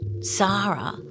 Sarah